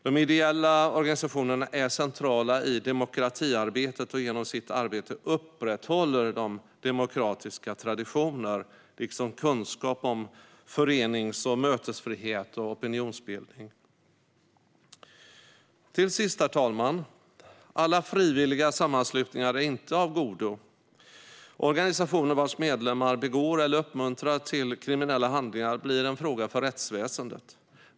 De ideella organisationerna är centrala i demokratiarbetet, och genom sitt arbete upprätthåller de demokratiska traditioner liksom kunskap om förenings och mötesfrihet och opinionsbildning. Herr talman! Till sist: Alla frivilliga sammanslutningar är inte av godo. Organisationer vars medlemmar begår, eller uppmuntrar till, kriminella handlingar blir en fråga för rättsväsendet.